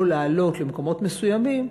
לא לעלות למקומות מסוימים,